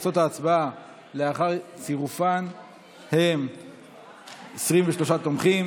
תוצאות ההצבעה לארח צירופם הן 23 תומכים